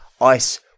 Ice